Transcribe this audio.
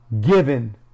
given